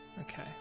Okay